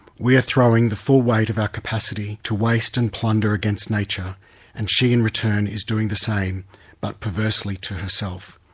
we are throwing the full weight of our capacity to waste and plunder against nature and she in return is doing the same but, perversely, to herself.